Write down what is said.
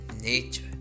nature